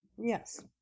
Yes